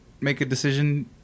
make-a-decision